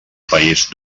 país